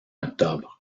octobre